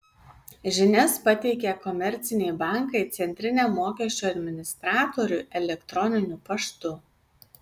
žinias pateikia komerciniai bankai centriniam mokesčių administratoriui elektroniniu paštu